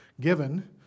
given